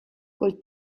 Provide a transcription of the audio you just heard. col